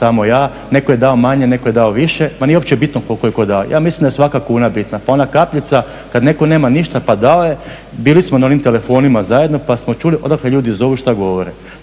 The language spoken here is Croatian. samo ja, neko je dao manje, neko je dao više. Ma nije uopće bitno koliko je tko dao, ja mislim da je svaka kuna bitna pa ona kapljica kada netko nema ništa pa dao je. bili smo na onim telefonima zajedno pa smo čuli odakle ljudi zovu i šta govore.